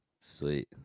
sweet